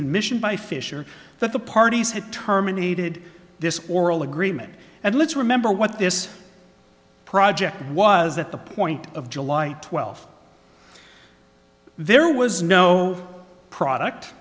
admission by fisher that the parties had terminated this oral agreement and let's remember what this project was at the point of july twelfth there was no product